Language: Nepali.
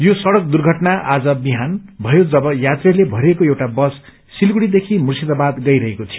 यो सङ्गक दुर्घटना आज विहान भयो जब यात्रीहरूले परिएको एउटा बस सिलगढ़ीदेखि मुशिदाबाद गइरहेको थियो